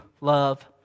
love